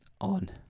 On